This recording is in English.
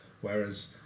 whereas